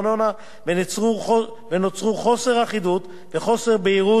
ונוצרו חוסר אחידות וחוסר בהירות בנושא הזה.